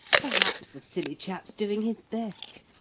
perhaps the silly chap's doing his best.